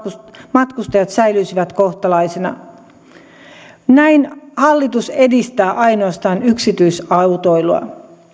matka ajat säilyisivät kohtalaisina näin hallitus edistää ainoastaan yksityisautoilua